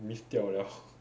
miss 掉了